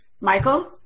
Michael